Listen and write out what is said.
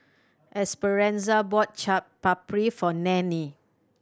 Esperanza bought Chaat Papri for Nannie